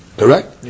correct